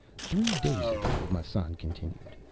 three days ago, massan continued,